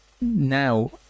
now